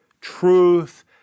truth